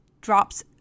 drops